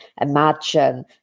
imagine